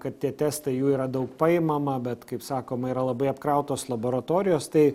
kad tie testai jų yra daug paimama bet kaip sakoma yra labai apkrautos laboratorijos tai